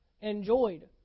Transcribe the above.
enjoyed